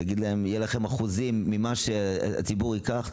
ותגיד לה שיהיו להם אחוזים ממה שהציבור ייקח,